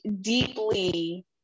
deeply